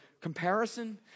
comparison